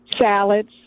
salads